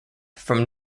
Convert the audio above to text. from